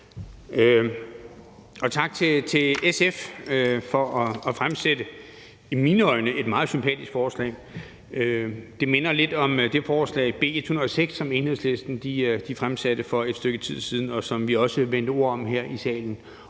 tak til SF for at fremsætte et i mine øjne meget sympatisk forslag. Det minder lidt om beslutningsforslag nr. B 106, som Enhedslisten fremsatte for et stykke tid siden, og som vi også vekslede et par ord om her i salen,